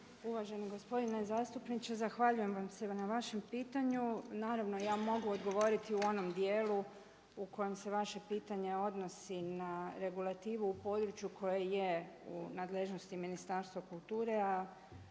Uvaženi gospodine zastupniče zahvaljujem vam se na vašem pitanju, naravno ja mogu odgovoriti u onom dijelu u kojem se vaše pitanje odnosi na regulativu u području koje je u nadležnosti Ministarstva kulture